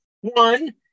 One